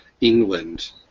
England